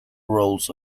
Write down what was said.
rolls